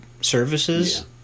services